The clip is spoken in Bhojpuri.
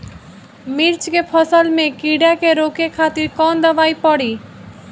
मिर्च के फसल में कीड़ा के रोके खातिर कौन दवाई पड़ी?